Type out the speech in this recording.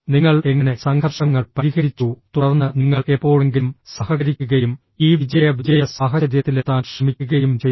നിങ്ങൾ എങ്ങനെ സംഘർഷങ്ങൾ പരിഹരിച്ചു തുടർന്ന് നിങ്ങൾ എപ്പോഴെങ്കിലും സഹകരിക്കുകയും ഈ വിജയ വിജയ സാഹചര്യത്തിലെത്താൻ ശ്രമിക്കുകയും ചെയ്തു